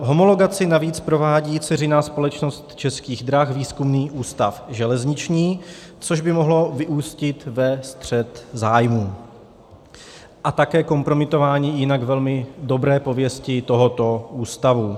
Homologaci navíc provádí dceřiná společnost Českých drah, Výzkumný ústav železniční, což by mohlo vyústit ve střet zájmů a také kompromitování jinak dobré pověsti tohoto ústavu.